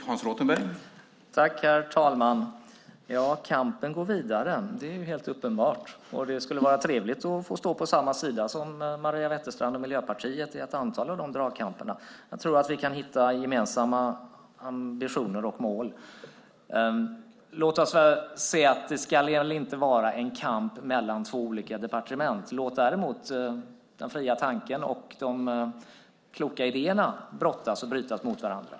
Herr talman! Ja, kampen går vidare - det är helt uppenbart. Och det skulle vara trevligt att få stå på samma sida som Maria Wetterstrand och Miljöpartiet i ett antal av dragkamperna. Jag tror att vi kan hitta gemensamma ambitioner och mål. Låt mig säga att det inte ska vara en kamp mellan två olika departementet. Låt däremot den fria tanken och de kloka idéerna brottas och brytas mot varandra.